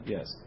Yes